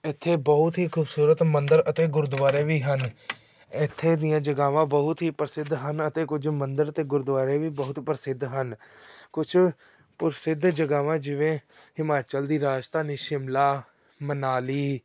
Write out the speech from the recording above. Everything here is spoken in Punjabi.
ਇੱਥੇ ਬਹੁਤ ਹੀ ਖੂਬਸੂਰਤ ਮੰਦਰ ਅਤੇ ਗੁਰਦੁਆਰੇ ਵੀ ਹਨ ਇੱਥੇ ਦੀਆਂ ਜਗ੍ਹਾਵਾਂ ਬਹੁਤ ਹੀ ਪ੍ਰਸਿੱਧ ਹਨ ਅਤੇ ਕੁਝ ਮੰਦਰ ਅਤੇ ਗੁਰਦੁਆਰੇ ਵੀ ਬਹੁਤ ਪ੍ਰਸਿੱਧ ਹਨ ਕੁਛ ਪ੍ਰਸਿੱਧ ਜਗ੍ਹਾਵਾਂ ਜਿਵੇਂ ਹਿਮਾਚਲ ਦੀ ਰਾਜਧਾਨੀ ਸ਼ਿਮਲਾ ਮਨਾਲੀ